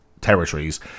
territories